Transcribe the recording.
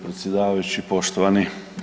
predsjedavajući poštovani.